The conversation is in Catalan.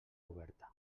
oberta